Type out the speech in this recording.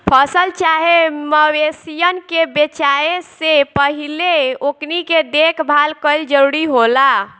फसल चाहे मवेशियन के बेचाये से पहिले ओकनी के देखभाल कईल जरूरी होला